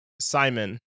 Simon